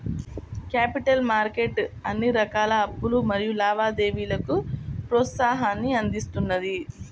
capital market అన్ని రకాల అప్పులు మరియు లావాదేవీలకు ప్రోత్సాహాన్ని అందిస్తున్నది